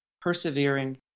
persevering